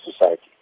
society